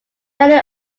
many